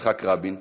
יצחק רבין,